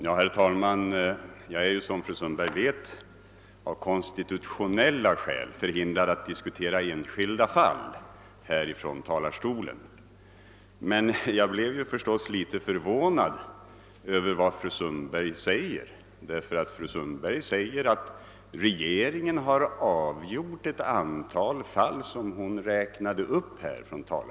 Herr talman! Jag är, såsom fru Sundberg vet, av konstitutionella skäl förhindrad att i denna debatt diskutera enskilda fall, men jag blev förstås en smula förvånad över fru Sundbergs påstående att regeringen har avgjort ett antal fall, som hon räknade upp.